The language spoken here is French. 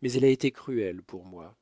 mais elle a été cruelle pour moi